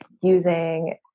using